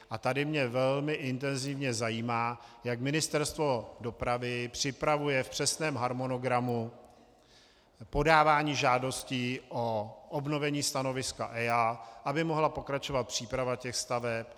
A tady mě velmi intenzivně zajímá, jak Ministerstvo dopravy připravuje v přesném harmonogramu podávání žádostí o obnovení stanoviska EIA, aby mohla pokračovat příprava těch staveb.